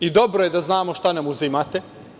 I dobro je da znamo šta nam uzimate.